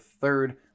third